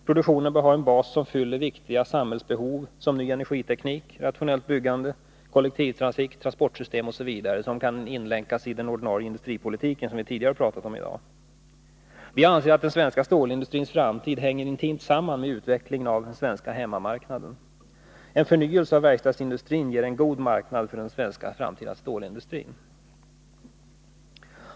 Produktionen bör ha en bas som fyller viktiga samhällsbehov, t.ex. ny energiteknik, rationellt byggande, kollektivtrafik och transportsystem osv., som kan inlänkas i den ordinarie industripoltiken, vilket vi tidigare har talat om i dag. Vi anser att den svenska stålindustrins framtid hänger intimt samman med utvecklingen av den svenska hemmamarknaden. En förnyelse av verkstadsindustrin ger en god marknad för den framtida svenska stålindustrin.